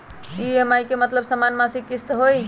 EMI के मतलब समान मासिक किस्त होहई?